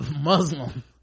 muslim